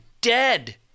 dead